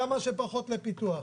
כמה שפחות לפיתוח.